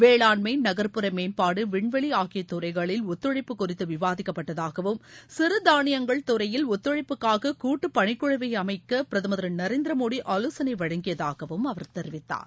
வேளாண்மை நகா்ப்புற மேம்பாடு விண்வெளி ஆகிய துறைகளில் ஒத்துழைப்பு குறித்து விவாதிக்கப்பட்டதாகவும் சிறுதானியங்கள் துறையில் ஒத்துழைப்புக்காக கூட்டு பணிக்குழுவை அமைக்க பிரதமர் திரு நரேந்திர மோடி ஆலோசனை வழங்கியதாகவும் அவர் தெரிவித்தார்